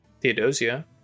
Theodosia